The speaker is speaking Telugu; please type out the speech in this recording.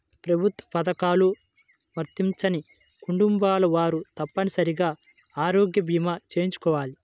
ప్రభుత్వ పథకాలు వర్తించని కుటుంబాల వారు తప్పనిసరిగా ఆరోగ్య భీమా చేయించుకోవాలి